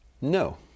No